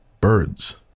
Birds